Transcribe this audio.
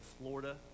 Florida